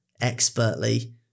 expertly